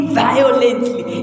violently